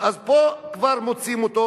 אז פה כבר מוצאים אותו.